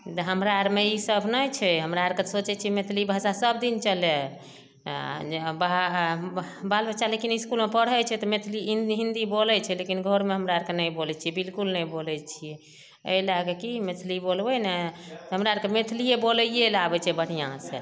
हमरा आरमे ईसब नहि छै हमरा आरके सोचै छियै मैथिली भाषा सबदिन चलए आ जे बा बाल बच्चा लेकिन इसकुलमे पढ़ै छै तऽ मैथिली हिन्दी बोलै छै लेकिन घरमे हमरा आरके नहि बोलै छियै बिलकुल नहि बोलै छियै एहि लए कऽ कि मैथिली बोलबै ने त हमरा आरके मैथिलीये बोलैये लऽ आबै छै बढ़िऑंसॅं